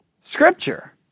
scripture